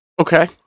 Okay